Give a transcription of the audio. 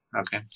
Okay